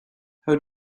how